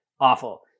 awful